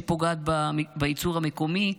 שפוגעת בייצור המקומי.